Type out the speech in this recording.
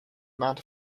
amount